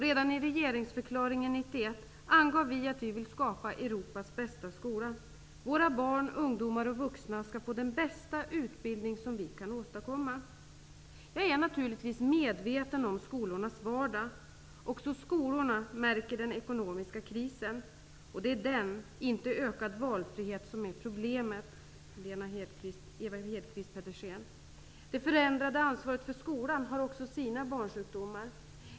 Redan i regeringsförklaringen 1991 angav vi att vi vill skapa Europas bästa skola. Våra barn, ungdomar och vuxna skall få den bästa utbildning som vi kan åstadkomma. Jag är naturligtvis medveten om skolornas vardag. Även skolorna märker den ekonomiska krisen. Det är inte den ökade valfriheten som är problemet, Ewa Hedkvist Petersen. Det förändrade ansvaret för skolan har också sina barnsjukdomar.